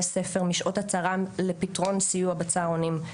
ספר משעות הצהריים לפתרון סיוע בצהרונים,